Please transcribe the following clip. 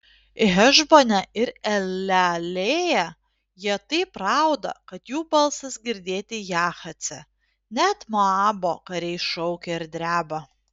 hešbone ir elealėje jie taip rauda kad jų balsas girdėti jahace net moabo kariai šaukia ir dreba